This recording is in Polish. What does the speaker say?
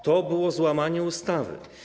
To było złamanie ustawy.